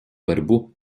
борьбу